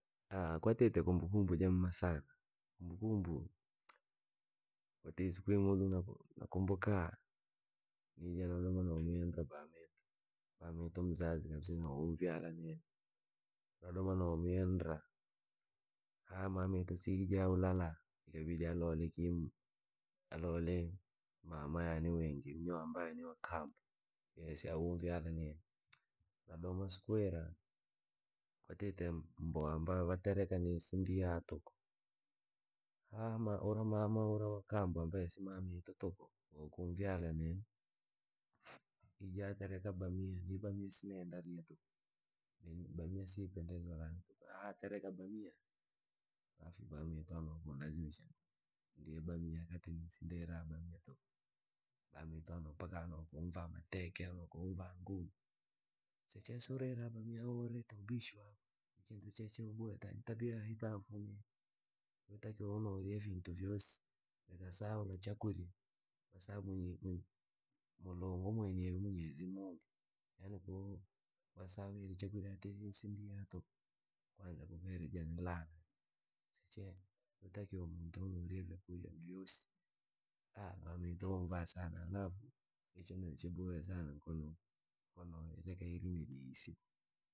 kwatite kumbukumbu jamema sana, lakini kwatite siku imwi nakumbukaa, nija nadoma no myenderra baba wa mito mzazi kabisa mwe umvyala nini, nadoma no myenderra haa mameto si ija aulala ikabidi alole kii mama wa kambo, mwe si unvyala nini, nadoma siku ira kwatite mboa ambayo vatereka ni sindia tuku ura mama wa kambo ija atereka bamía, na bamia ni sindira tuku bamia si ipendezo rane tuku, atereka bamia afu bameto andokundazimisha ndiye bamia wakati ni sindira bamia tuku, bameto mpaka anokunvaa mateke anokunvaa ngumi, sechee si urisa bamia au woreta ubishi wako ni vitu che woboya taa ni tabia ya hai ta ufumirya yotakiwa unoriya vintu vyoosi reka saula chakurya, kwasababu mulungu mweneryo, yaani ko wasawhire chakurya ati me sindira ii mboa tuku yotakiwa muntu urije vintu vyoosi bameto unvaa sana halafu icho no che chaboya sana nkonoreka irimirya ii siku,